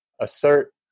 assert